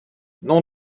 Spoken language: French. nom